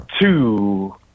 two